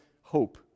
hope